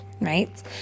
right